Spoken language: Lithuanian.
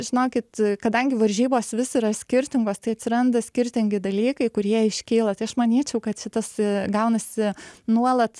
žinokit kadangi varžybos vis yra skirtingos tai atsiranda skirtingi dalykai kurie iškyla tai aš manyčiau kad šitas gaunasi nuolat